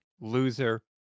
loser